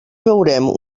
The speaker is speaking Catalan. veurem